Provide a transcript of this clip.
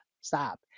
stop